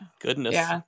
Goodness